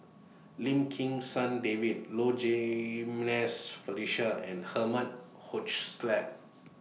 Lim Kim San David Low Jimenez Felicia and Herman Hochstadt